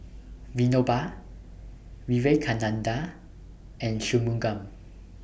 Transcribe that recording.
Vinoba Vivekananda and Shunmugam